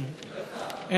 בטח.